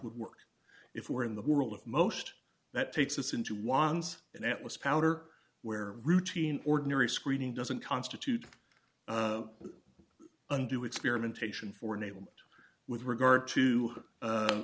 would work if we were in the world with most that takes us into ones and that was powder where routine ordinary screening doesn't constitute undo experimentation for enablement with regard to